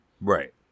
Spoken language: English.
Right